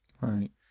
Right